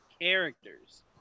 characters